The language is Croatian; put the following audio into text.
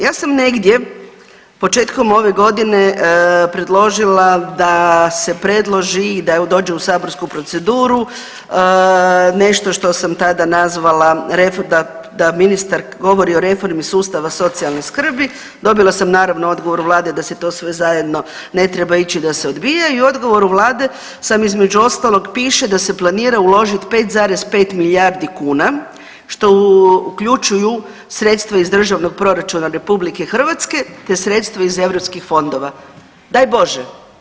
Ja sam negdje početkom ove godine predložila da se predloži i da dođe u saborsku proceduru nešto što sam tada nazvala da, da ministar govori o reformi sustava socijalne skrbi, dobila sam naravno odgovor vlade da se to sve zajedno ne treba ići i da se odbija i u odgovoru vlade sam između ostalog piše da se planira uložit 5,5 milijardi kuna, što uključuju sredstva iz državnog proračuna RH, te sredstva iz europskih fondova, daj Bože.